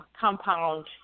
compound